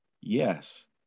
yes